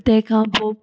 तंहिंखां पोइ